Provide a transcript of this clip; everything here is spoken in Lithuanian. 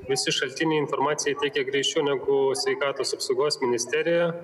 visi šaltiniai informaciją teikia greičiau negu sveikatos apsaugos ministerija